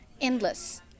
endless